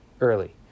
early